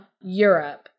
europe